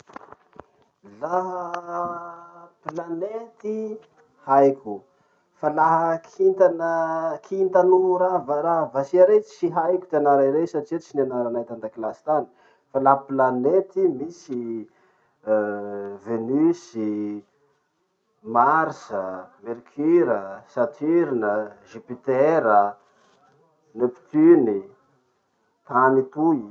Laha planety haiko fa laha kinta na kinta noho raha raha vasia rey tsy haiko ty anara rey satria tsy nianaranay tandakilasy tany. Fa laha planety i misy: venus, mars, mercure, saturne, jupiter, neptune, tany toy.